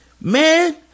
man